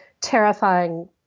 terrifying